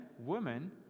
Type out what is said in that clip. woman